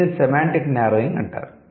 దీనిని semantic narrowing అంటారు